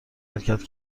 حرکت